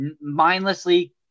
mindlessly